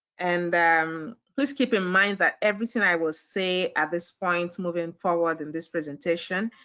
and um please keep in mind that everything i will say at this point moving forward in this presentation,